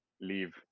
leave